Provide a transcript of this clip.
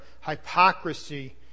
hypocrisy